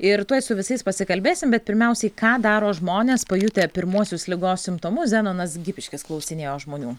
ir tuoj su visais pasikalbėsim bet pirmiausiai ką daro žmonės pajutę pirmuosius ligos simptomus zenonas gipiškis klausinėjo žmonių